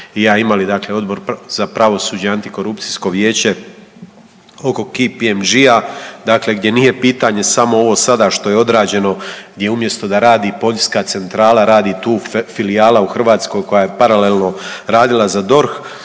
i ja imali dakle Odbor za pravosuđe i antikorupcijsko vijeće oko KPMG-a, dakle gdje nije pitanje samo ovo sada što je odrađeno gdje umjesto da radi poljska centrala radi tu filijala u Hrvatskoj koja je paralelno radila za DORH,